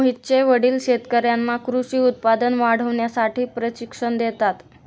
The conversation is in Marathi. मोहितचे वडील शेतकर्यांना कृषी उत्पादन वाढवण्यासाठी प्रशिक्षण देतात